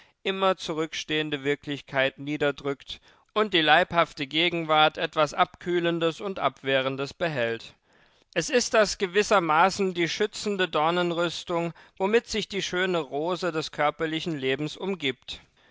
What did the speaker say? immer zurückstehende wirklichkeit niederdrückt und die leibhafte gegenwart etwas abkühlendes und abwehrendes behält es ist das gewissermaßen die schützende dornenrüstung womit sich die schöne rose des körperlichen lebens umgibt